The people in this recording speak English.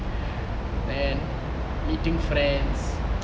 and meeting friends